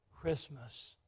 Christmas